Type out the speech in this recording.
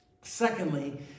secondly